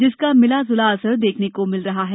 जिसका मिला ज्ला असर देखने को मिल रहा है